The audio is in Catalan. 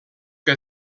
que